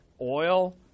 oil